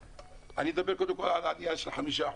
אני אדבר קודם על העלייה של ה-5%.